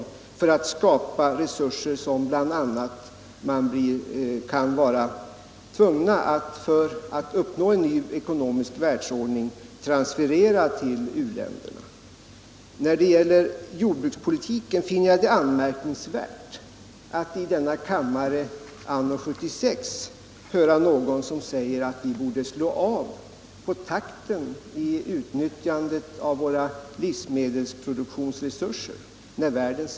Detta också för att skapa resurser som vi för att uppnå en ny ekonomisk världsordning kan vara tvungna att transferera till u-länderna. Då det gäller jordbrukspolitiken finner jag det anmärkningsvärt att i denna kammare anno 1976, när många i världen svälter, höra någon som säger att vi borde slå av på takten i utnyttjandet av våra produktionsresurser för livsmedel.